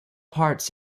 parts